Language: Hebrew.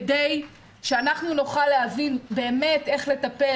כדי שאנחנו נוכל להבין באמת איך לטפל